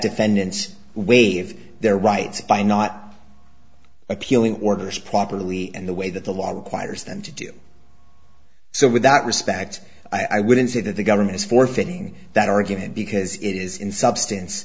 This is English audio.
defendant waive their rights by not appealing orders properly and the way that the law requires them to do so without respect i wouldn't say that the government is for fitting that argument because it is in substance